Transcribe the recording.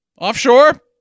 Offshore